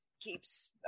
keeps